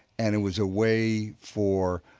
and it was a way for